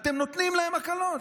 אתם נותנים להם הקלות,